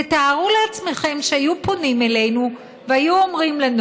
תתארו לעצמכם שהיו פונים אלינו והיו אומרים לנו: